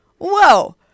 whoa